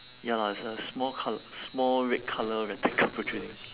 ya lah it's a small col~ small red colour rectangle protruding